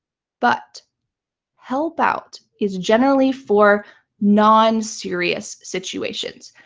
but help out is generally for non-serious situations.